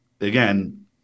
again